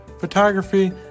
Photography